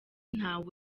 ntawe